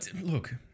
Look